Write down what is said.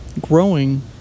growing